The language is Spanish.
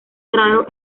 raro